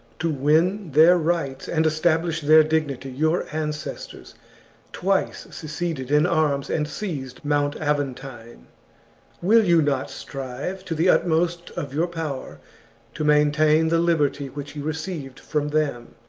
to win their rights and establish their dignity your ancestors twice seceded in arms and seized mount aventine will you not strive to the utmost of your power to maintain the liberty which you received from them?